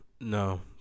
no